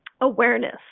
awareness